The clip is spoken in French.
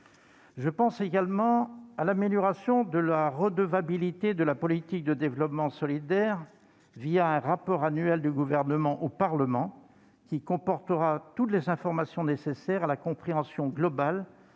Je pense également à l'amélioration de la redevabilité de la politique de développement solidaire, un rapport annuel du Gouvernement au Parlement, qui comportera toutes les informations nécessaires à la compréhension globale